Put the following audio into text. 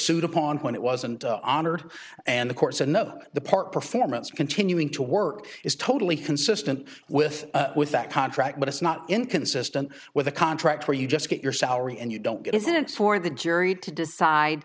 upon when it wasn't honored and the court said no the part performance continuing to work is totally consistent with with that contract but it's not inconsistent with a contract where you just get your salary and you don't get it for the jury to decide